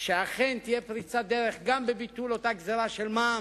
שאכן תהיה פריצת דרך גם בביטול אותה גזירה של מע"מ,